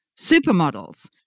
supermodels